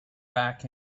back